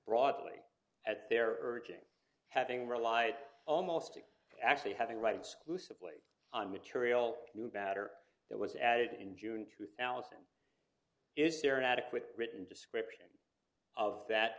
broadly at their urging having relied almost six actually having right exclusively on material knew better that was added in june two thousand is there an adequate written description of that